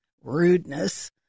rudeness